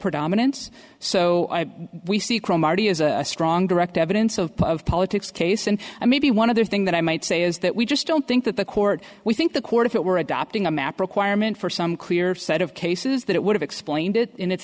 predominance so we see cromartie is a strong direct evidence of politics case and maybe one of the thing that i might say is that we just don't think that the court we think the court if it were adopting a map requirement for some clear set of cases that it would have explained it in its